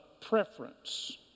preference